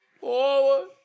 Forward